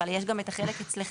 אבל יש גם את החלק אצלכם,